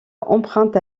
emprunte